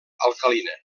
alcalina